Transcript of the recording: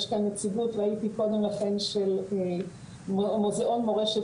יש כאן נציגות ראיתי קודם לכן של מוזיאון מורשת